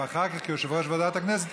ואחר כך כיושב-ראש ועדת הכנסת,